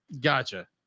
Gotcha